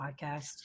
podcast